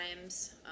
times